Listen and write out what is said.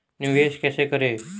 निवेश कैसे करें?